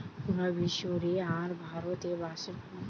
পুরা বিশ্ব রে আর ভারতে বাঁশের ফলন